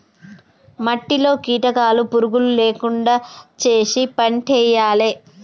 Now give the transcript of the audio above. మట్టిలో కీటకాలు పురుగులు లేకుండా చేశి పంటేయాలే